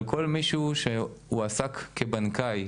על כל מישהו שהועסק כבנקאי,